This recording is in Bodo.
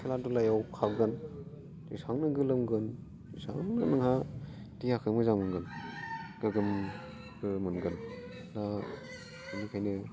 खेला धुलायाव खारगोन एसेबांनो गोलोमगोन एसेबांनो नोंहा देहाखौ मोजां मोनगोन गोग्गोमबो मोनगोन दा बेनिखायनो